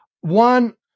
One